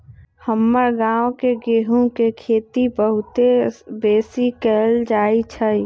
हमर गांव में गेहूम के खेती बहुते बेशी कएल जाइ छइ